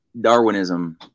darwinism